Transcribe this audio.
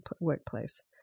workplace